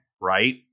right